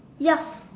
ya